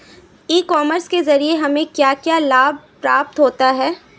ई commerce के ज़रिए हमें क्या क्या लाभ प्राप्त होता है?